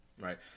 right